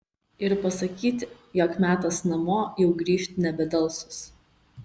ir pasakyti jog metas namo jau grįžt nebedelsus